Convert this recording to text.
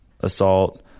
assault